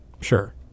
sure